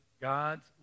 God's